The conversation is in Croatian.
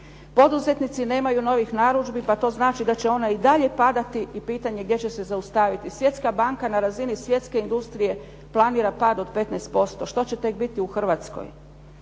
Poduzetnici nemaju novih narudžbi pa to znači da će ona i dalje padati i pitanje je gdje će se zaustaviti. Svjetska banka na razini svjetske industrije planira pad od 15%. Što će tek biti u Hrvatskoj?